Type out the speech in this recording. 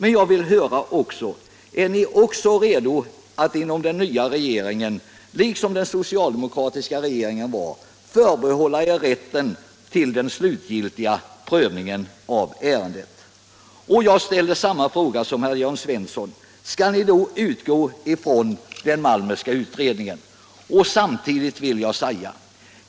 Jag vill också fråga jordbruksministern om den nya regeringen är redo att liksom den socialdemokratiska regeringen förbehålla sig rätten till den slutliga prövningen av ärendet. Och jag ställer samma fråga som Jörn Svensson: Skall ni då utgå från den Malmerska utredningen?